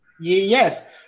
Yes